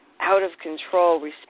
out-of-control